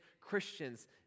Christians